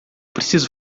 preciso